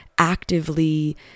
actively